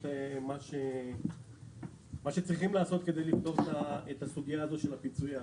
את מה שצריכים לעשות כדי לבדוק את הסוגיה הזאת של הפיצוי העקיף.